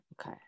Okay